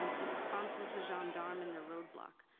um the response was the gendarme and the road block.